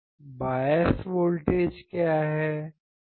बायस voltage क्या हैं